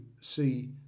see